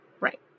Right